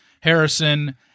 Harrison